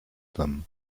them